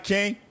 King